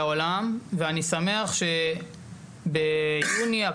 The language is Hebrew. הוא קיבל 50 מיליון ועוד 15 מיליון על ה --- שנקרא "טוטו טרנר".